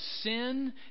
sin